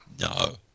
No